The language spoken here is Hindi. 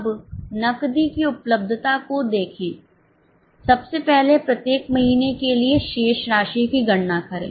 अब नकदी की उपलब्धता को देखें सबसे पहले प्रत्येक महीने के लिए शेष राशि की गणना करें